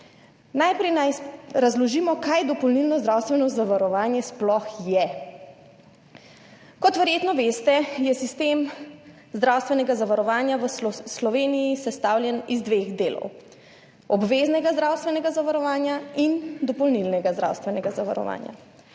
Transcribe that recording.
Najprej naj razložimo, kaj dopolnilno zdravstveno zavarovanje sploh je. Kot verjetno veste, je sistem zdravstvenega zavarovanja v Sloveniji sestavljen iz dveh delov – obveznega zdravstvenega zavarovanja in dopolnilnega zdravstvenega zavarovanja.